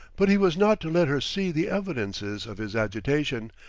but he was not to let her see the evidences of his agitation,